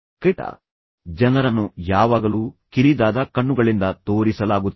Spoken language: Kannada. ಕೆಟ್ಟ ಜನರನ್ನು ಯಾವಾಗಲೂ ಕಿರಿದಾದ ಕಣ್ಣುಗಳಿಂದ ತೋರಿಸಲಾಗುತ್ತದೆ